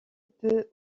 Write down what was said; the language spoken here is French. peut